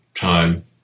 time